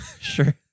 Sure